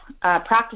practice